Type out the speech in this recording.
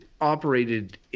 operated